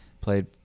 played